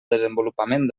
desenvolupament